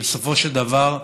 ובסופו של דבר,